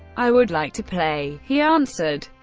i would like to play he answered,